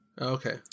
Okay